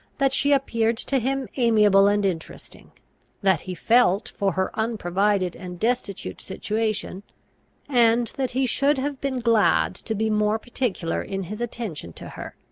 that she appeared to him amiable and interesting that he felt for her unprovided and destitute situation and that he should have been glad to be more particular in his attention to her,